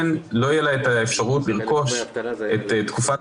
ולכן לא יהיה לה אפשרות לרכוש את תקופת